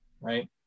right